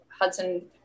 Hudson